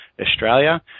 Australia